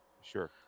Sure